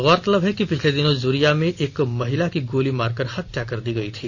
गौरतलब है कि पिछले दिनों जुरिया में एक महिला की गोली मारकर हत्या कर दी गई थी